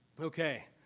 Okay